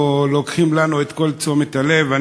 דברים שלוקחים לנו את כל תשומת הלב.